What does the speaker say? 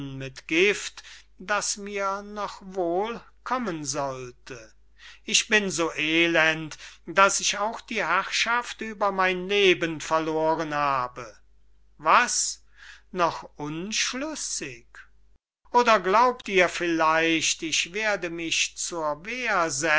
mit gift das mir noch wohlkommen sollte ich bin so elend daß ich auch die herrschaft über mein leben verloren habe was noch unschlüssig oder glaubt ihr vielleicht ich werde mich zur